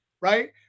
right